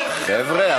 חבר'ה,